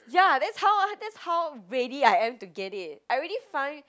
ya that's how ah that's how ready I am to get it I already find